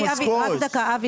אבי, דקה.